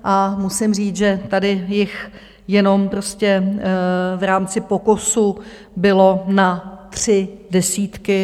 A musím říct, že tady jich jenom prostě v rámci POKOSu bylo na tři desítky.